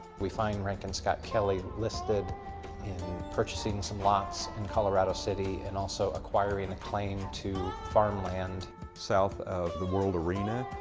we find rankin scott kelley listed in purchasing some lots in colorado city and also acquiring a claim to farmland south of the world arena,